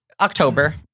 October